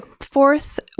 Fourth